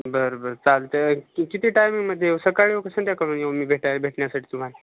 बरं बरं चालतं कितीचे टायमिंगमध्ये येऊ सकाळी येऊ का संंद्याकाळी येऊ मी भेटायला भेटण्यासाठी तुम्हाला